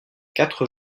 quatre